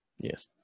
yes